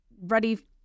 ready